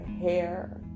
hair